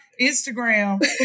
Instagram